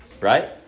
right